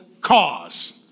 cause